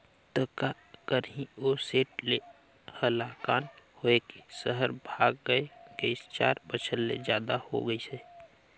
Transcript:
त का करही ओ सेठ ले हलाकान होए के सहर भागय गइस, चार बछर ले जादा हो गइसे